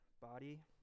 body